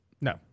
No